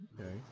okay